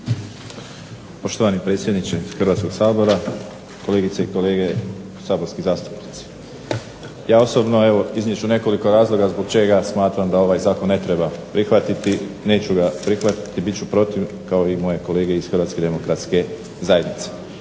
Poštovani predsjedniče Hrvatskog sabora, kolegice i kolege saborski zastupnici. Ja osobno, evo iznijet ću nekoliko razloga zbog čega smatram da ovaj Zakon ne treba prihvatiti. Neću ga prihvatiti. Bit ću protiv kao i moje kolege iz Hrvatske demokratske zajednice.